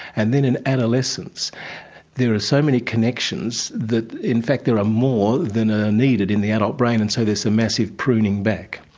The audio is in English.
and then in adolescence there are so many connections that in fact there are ah more than ah are needed in the adult brain and so there's a massive pruning back.